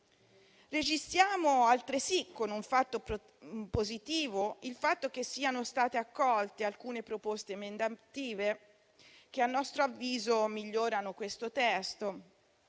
Registriamo altresì come positivo il fatto che siano state accolte alcune proposte emendative che, a nostro avviso, migliorano questo testo.